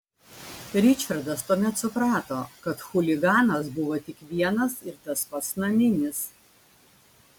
ričardas tuomet suprato kad chuliganas buvo tik vienas ir tas pats naminis